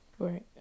Right